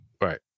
right